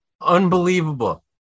Unbelievable